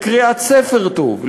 לקריאת ספר טוב,